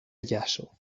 ĵazo